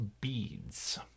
beads